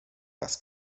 was